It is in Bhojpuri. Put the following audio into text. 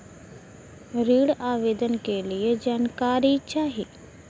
ऋण आवेदन के लिए जानकारी चाही?